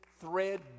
thread